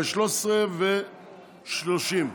ב-13:30.